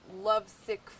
lovesick